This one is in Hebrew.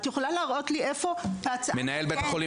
את יכולה להראות לי איפה בהצעה --- מנהל בית החולים